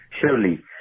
Surely